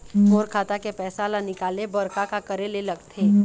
मोर खाता के पैसा ला निकाले बर का का करे ले लगथे?